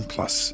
Plus